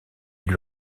lui